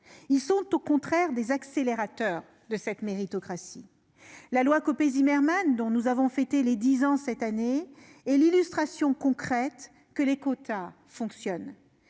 Ils sont au contraire des accélérateurs de cette méritocratie. La loi du 27 janvier 2011, dite « loi Copé-Zimmermann », dont nous avons fêté les dix ans cette année, est l'illustration concrète que les quotas fonctionnent.